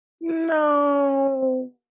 No